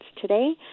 today